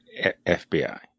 FBI